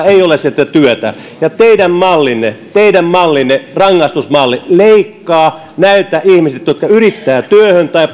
ei ole sitä työtä ja teidän mallinne teidän mallinne rangaistusmalli leikkaa näiltä ihmisiltä jotka yrittävät työhön tai